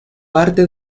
arte